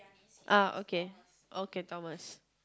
ah okay okay Thomas